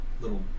little